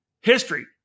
History